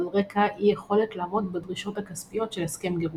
על רקע אי־יכולת לעמוד בדרישות הכספיות של הסכם גירושיו.